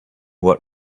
what